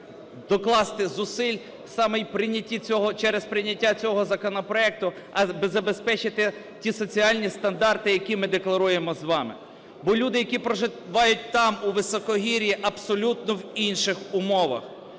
в прийнятті через прийняття цього законопроекту, а забезпечити ті соціальні стандарти, які ми декларуємо з вами. Бо люди, які проживають там, у високогір'ї, абсолютно в інших умовах.